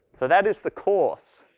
so that is the course.